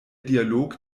dialog